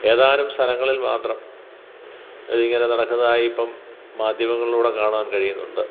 ഏതാനും സ്ഥലങ്ങളിൽ മാത്രം ഇതിങ്ങനെ നടക്കുന്നതായിപ്പം മാധ്യമങ്ങളിലൂടെ കാണാൻ കഴിയുന്നുണ്ട്